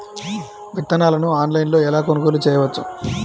విత్తనాలను ఆన్లైనులో ఎలా కొనుగోలు చేయవచ్చు?